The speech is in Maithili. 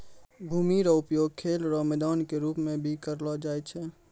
भूमि रो उपयोग खेल रो मैदान के रूप मे भी करलो जाय छै